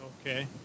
okay